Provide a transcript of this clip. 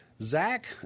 Zach